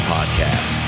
Podcast